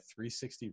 360